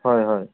হয় হয়